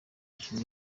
mikino